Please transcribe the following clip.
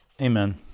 Amen